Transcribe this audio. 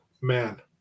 man